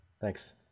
Thanks